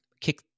kick